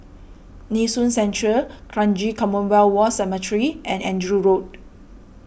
Nee Soon Central Kranji Commonwealth War Cemetery and Andrew Road